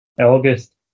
August